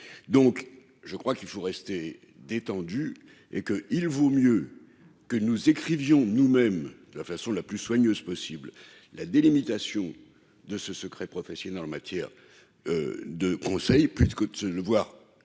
donc qu'il nous faut rester détendus. Il vaut mieux que nous écrivions nous-mêmes, de la façon la plus soigneuse possible, la délimitation de ce secret professionnel en matière de conseil, plutôt que de devoir appliquer